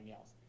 else